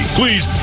Please